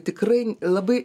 tikrai labai